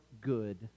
good